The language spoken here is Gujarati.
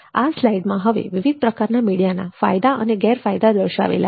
આ સ્લાઇડમાં હવે વિવિધ પ્રકારના મીડિયા ના ફાયદા અને ગેરફાયદા દર્શાવેલા છે